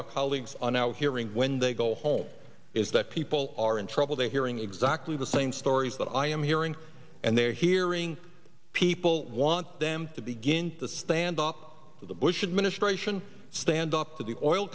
our colleagues are now hearing when they go home is that people are in trouble they're hearing exactly the same stories that i am hearing and they're hearing people want them to begin to stand up to the bush administration stand up to the oil